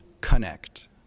connect